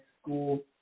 school